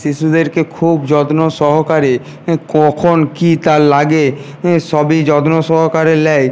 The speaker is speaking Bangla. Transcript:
শিশুদেরকে খুব যত্ন সহকারে কখন কী তার লাগে সবই যত্ন সহকারে নেয়